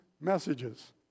messages